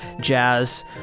Jazz